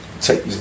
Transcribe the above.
Take